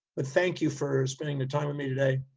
but thank you for spending the time with me today.